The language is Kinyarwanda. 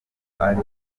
ari